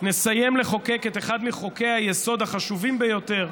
נסיים לחוקק את אחד מחוקי-היסוד החשובים ביותר: